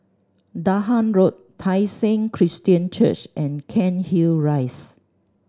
Dahan Road Tai Seng Christian Church and Cairnhill Rise